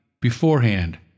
beforehand